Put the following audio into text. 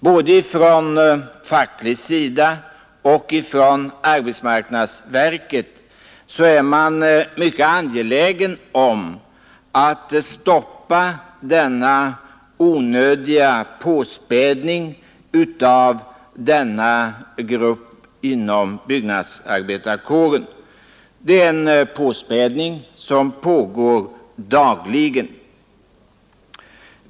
Både från facklig sida och från arbetsmarknadsverket är man mycket angelägen om att stoppa denna onödiga påspädning av denna grupp inom byggnadsarbetarkåren. Det är en påspädning som pågår dagligen.